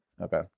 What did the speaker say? okay